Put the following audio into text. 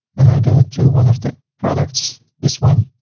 and i go to one of the products, this one,